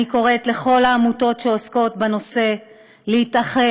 אני קוראת לכל העמותות שעוסקות בנושא להתאחד,